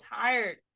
tired